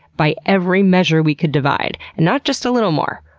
by every measure we could devise. and not just a little more.